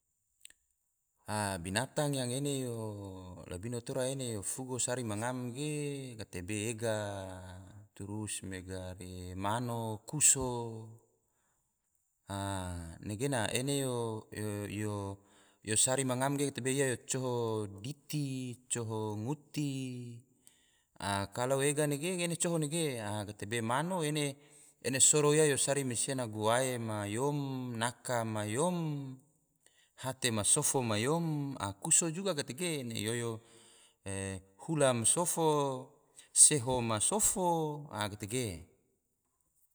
A, bianatang yang ene yo labino tora ene yo fugo sari ma ngam ge, gatebe ega, turus mega re mano, kuso, a negena ene yo sari ma ngam ge gatebe ia yo coho diti, coho nguti, a kalo ega nege ge ene yo coho nege. gatebe mano ene yo soro ia yo sari mansia na guae ma yom, naka ma yom, hate ma sofo ma yom, a kuso juga gatege, ene oyo hula ma sofo, seho ma sofo, gatege